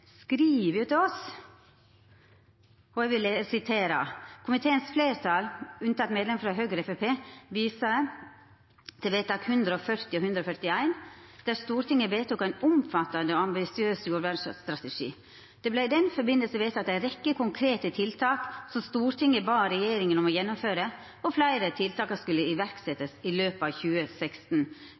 til oss, og eg vil sitera: «Komiteens flertall, alle unntatt medlemmene fra H og FrP, viser til vedtak nr. 140 og 141, begge av 8. desember 2015, der Stortinget vedtok en omfattende og ambisiøs jordvernstrategi. Det ble i den forbindelse vedtatt en rekke konkrete tiltak som Stortinget ba regjeringen om å gjennomføre, og flere av tiltakene skulle iverksettes i løpet av 2016.